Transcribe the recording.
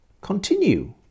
continue